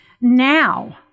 Now